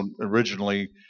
originally